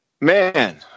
Man